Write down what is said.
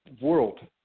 world